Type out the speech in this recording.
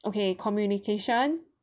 okay communication